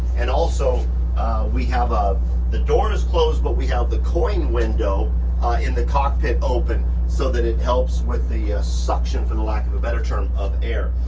and also we have the door is closed, but we have the cooling window in the cockpit open so that it helps with the suction for the lack of a better term, of air.